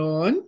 on